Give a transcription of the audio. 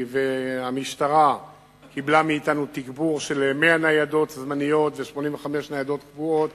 המשטרה קיבלה מאתנו תגבור של 100 ניידות זמניות ו-85 ניידות קבועות,